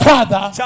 Father